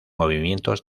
movimientos